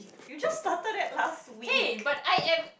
you just started that last week